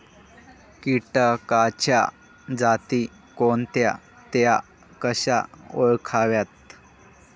किटकांच्या जाती कोणत्या? त्या कशा ओळखाव्यात?